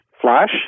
flash